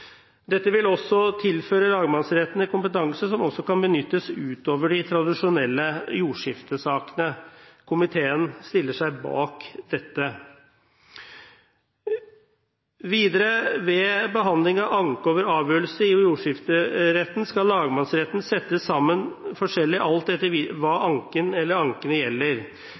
Dette vil tilføre lagmannsrettene kompetanse som også kan benyttes utover de tradisjonelle jordskiftesakene. Komiteen stiller seg bak dette. Videre: Ved behandling av anke over avgjørelse i jordskifteretten skal lagmannsretten settes sammen forskjellig – alt etter hva anken eller ankene gjelder.